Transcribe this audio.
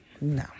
no